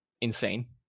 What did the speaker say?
insane